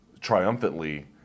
triumphantly